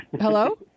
Hello